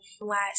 last